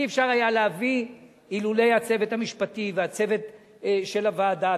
אי-אפשר היה להביא אילולא הצוות המשפטי והצוות של הוועדה,